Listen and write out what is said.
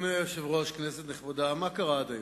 אדוני היושב-ראש, כנסת נכבדה, מה קרה עד היום?